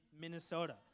Minnesota